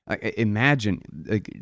imagine